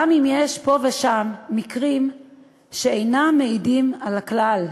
גם אם יש פה ושם מקרים שאינם מעידים על הכלל,